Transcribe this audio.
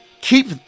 Keep